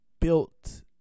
built